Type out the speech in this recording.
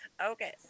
Okay